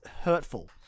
hurtful